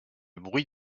bruit